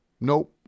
Nope